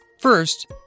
First